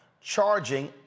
charging